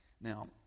Now